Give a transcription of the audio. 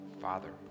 Father